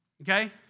Okay